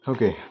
Okay